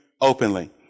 openly